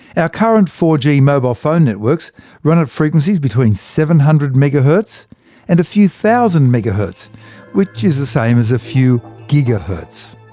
our current four g mobile phone networks run at frequencies between seven hundred mhz and a few thousand megahertz which is the same as a few gigahertz.